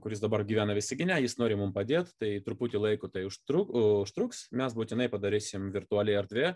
kuris dabar gyvena visagine jis nori mum padėt tai truputį laiko tai užtruks užtruks mes būtinai padarysim virtuali erdvė